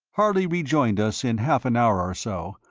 harley rejoined us in half an hour or so,